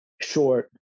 short